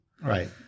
Right